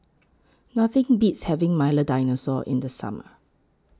Nothing Beats having Milo Dinosaur in The Summer